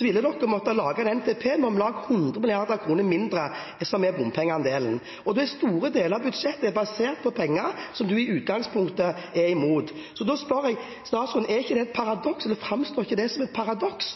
ville de ha måttet lage en NTP med om lag 100 mrd. kr mindre, som er bompengeandelen. Store deler av budsjettet er basert på penger som statsråden i utgangspunktet er imot. Så da spør jeg statsråden: Er ikke det et paradoks – eller framstår ikke det som et paradoks?